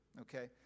okay